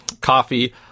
coffee